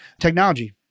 technology